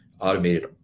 automated